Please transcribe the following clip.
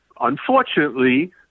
unfortunately